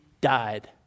died